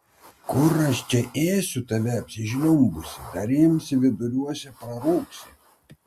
kur aš čia ėsiu tave apsižliumbusį dar imsi viduriuose prarūgsi